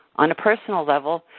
on a personal level,